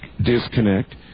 disconnect